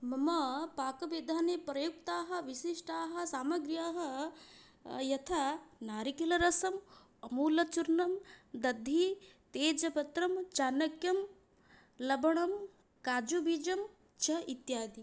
मम पाकविधाने प्रयुक्ताः वशिष्टाः सामग्र्यः यथा नारिकेलरसम् अमूलचूर्णं दधि तेजपत्रं चाणक्यं लवणं काजुबीजं च इत्यादि